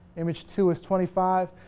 image two is twenty five.